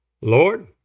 Lord